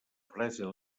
frase